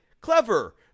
clever